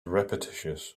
repetitious